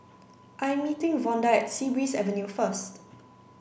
I'm meeting Vonda at Sea Breeze Avenue first